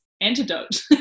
antidote